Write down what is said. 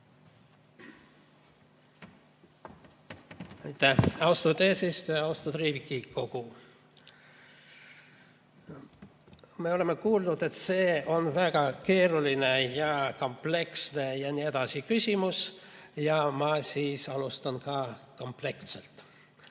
austatud eesistuja! Austatud Riigikogu! Me oleme kuulnud, et see on väga keeruline ja kompleksne ja nii edasi küsimus. Ma siis alustan ka kompleksselt.